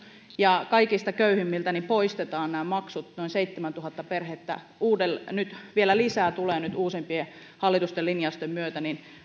ja kaikista köyhimmiltä poistetaan nämä maksut noin seitsemäntuhatta perhettä vielä lisää tulee uusimpien hallituksen linjausten myötä nyt